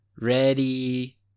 ready